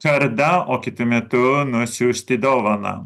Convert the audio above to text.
kardą o kitu metu nusiųsti dovaną